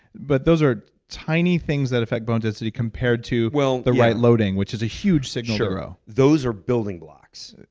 but those are tiny things that affect bone density compared to the right loading, which is a huge signal. sure, ah those are building blocks,